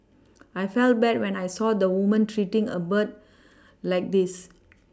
I felt bad when I saw the woman treating a bird like this